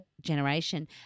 generation